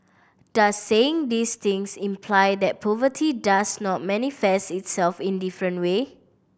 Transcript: does saying these things imply that poverty does not manifest itself in different way